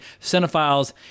cinephiles